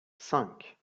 cinq